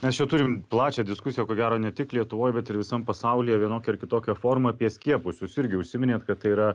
mes čia turim plačią diskusiją ko gero ne tik lietuvoje bet ir visam pasaulyje vienokia ar kitokia forma apie skiepus jūs irgi užsiminėt kad tai yra